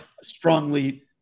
strongly